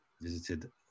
visited